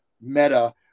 meta